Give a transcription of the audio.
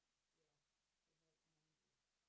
ya so now now is